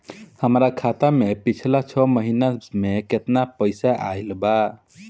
हमरा खाता मे पिछला छह महीना मे केतना पैसा आईल बा?